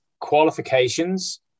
qualifications